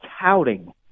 touting